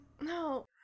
no